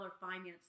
finance